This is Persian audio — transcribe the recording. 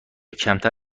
کمتر